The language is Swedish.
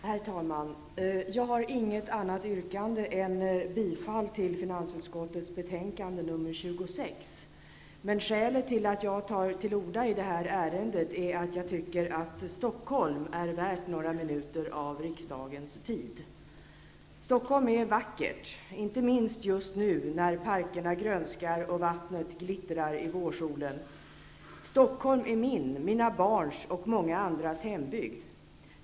Herr talman! Jag har inget annat yrkande än bifall till hemställan i finansutskottets betänkande 26. Skälet till att jag tar till orda i det här ärendet är att jag tycker att Stockholm är värt några minuter av riksdagens tid. Stockholm är vackert, inte minst just nu när parkerna grönskar och vattnet glittrar i vårsolen. Stockholm är min, mina barns och många andras hembygd.